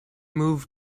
moved